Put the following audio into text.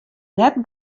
net